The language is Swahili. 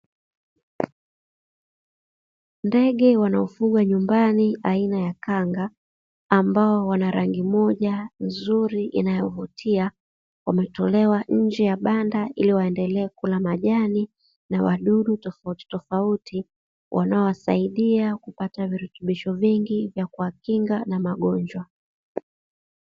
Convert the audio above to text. Ndege wanaofugwa nyumbani, aina ya kanga, ambao wana rangi moja nzuri inayovutia, wametolewa nje ya banda ili waendelee kula majani na wadudu tofauti tofauti, wanaowasaidia kupata virutubisho vingi vya kuwakinga na magonjwa.